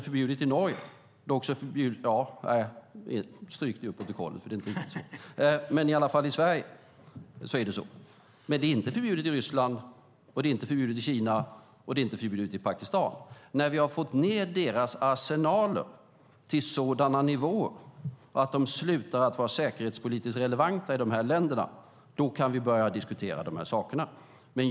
Men det är inte förbjudet i Ryssland, Kina och Pakistan. När vi har fått ned deras arsenaler till sådana nivåer att de slutar att vara säkerhetspolitiskt relevanta i de länderna, då kan vi börja diskutera de här sakerna.